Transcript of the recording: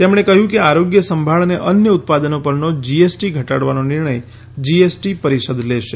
તેમણે કહ્યું કે આરોગ્ય સંભાળ અને અન્ય ઉત્પાદનો પરનો જીઐસટી ઘટાડવાનો નિર્ણય જીએસટી પરિષદ લેશે